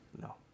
No